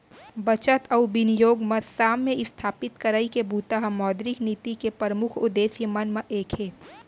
बचत अउ बिनियोग म साम्य इस्थापित करई के बूता ह मौद्रिक नीति के परमुख उद्देश्य मन म एक हे